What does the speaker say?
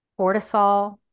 cortisol